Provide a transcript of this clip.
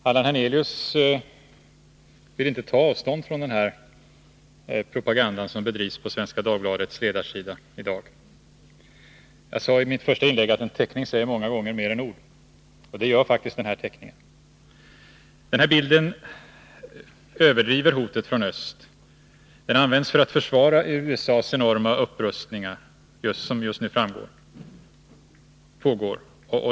Herr talman! Allan Hernelius vill inte ta avstånd från den här propagandan som bedrivs på Svenska Dagbladets ledarsida i dag. Jag sade i mitt första inlägg att en teckning många gånger säger mer än ord, och det gör faktiskt den här teckningen. Den här bilden överdriver hotet från öst. Den används för att försvara USA:s enorma upprustning som just nu pågår.